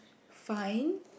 fine